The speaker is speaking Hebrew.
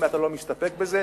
אם אתה לא מסתפק בזה,